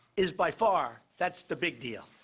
is by far that's the big deal.